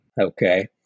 Okay